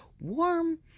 warm